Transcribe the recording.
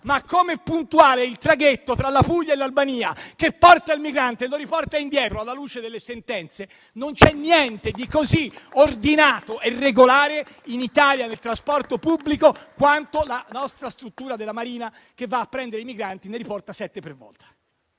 ma come è puntuale il traghetto tra la Puglia e l'Albania, che porta il migrante e lo riporta indietro alla luce delle sentenze! Non c'è niente di così ordinato e regolare in Italia, nel trasporto pubblico, quanto la nostra struttura della Marina che va a prendere i migranti e ne riporta sette per volta.